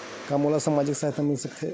का मोला सामाजिक सहायता मिल सकथे?